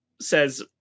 says